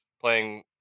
playing